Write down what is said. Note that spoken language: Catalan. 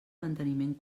manteniment